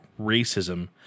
racism